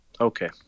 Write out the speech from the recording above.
Okay